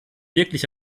wirklich